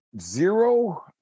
zero